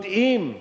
יודעים,